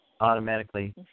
automatically